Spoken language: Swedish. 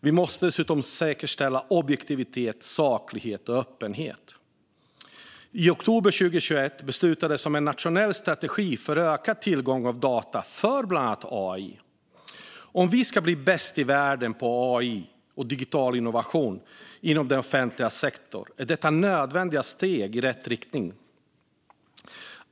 Vi måste dessutom säkerställa objektivitet, saklighet och öppenhet. I oktober 2021 beslutades om en nationell strategi för ökad tillgång till data för bland annat AI. Om vi ska bli bäst i världen på AI och digital innovation inom den offentliga sektorn är detta nödvändiga steg i rätt riktning.